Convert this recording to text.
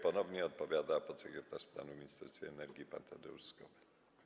Ponownie odpowiada podsekretarz stanu w Ministerstwie Energii pan Tadeusz Skobel.